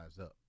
up